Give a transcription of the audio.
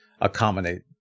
accommodate